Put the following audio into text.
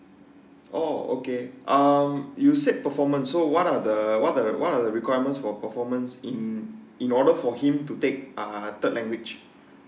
oh okay um you said performance so what are the what are the what are the requirements for performance in in order for him to take ah third language